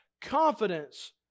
confidence